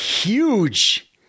huge